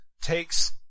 takes